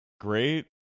Great